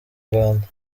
rwanda